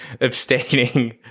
abstaining